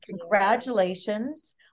Congratulations